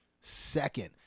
second